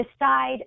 decide